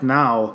now